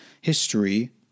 History—